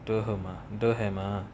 duham ah duhem ah